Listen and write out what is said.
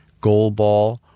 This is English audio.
Goalball